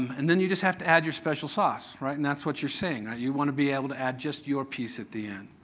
and then you just have to add your special sauce. and that's what you're saying. you want to be able to add just your piece at the end.